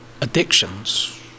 addictions